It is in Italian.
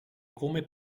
come